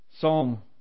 Psalm